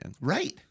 Right